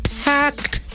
packed